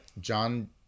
John